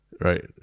right